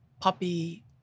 puppy